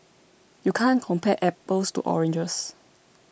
you can't compare apples to oranges